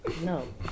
No